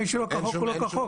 מי שלא כחוק, הוא לא כחוק.